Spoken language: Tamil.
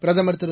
பிரதமர் திரு